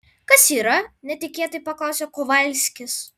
kas yra netikėtai paklausė kovalskis